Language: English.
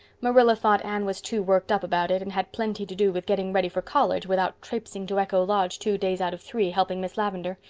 marilla thought anne was too worked up about it and had plenty to do with getting ready for college without traipsing to echo lodge two days out of three helping miss lavendar.